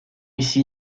ici